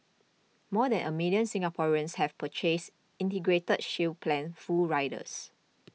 more than a million Singaporeans have purchased Integrated Shield Plan full riders